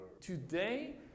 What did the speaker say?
Today